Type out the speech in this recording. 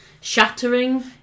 shattering